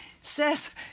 says